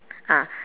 ah